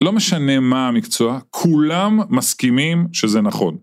לא משנה מה המקצוע, כולם מסכימים שזה נכון.